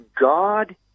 God